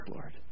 Lord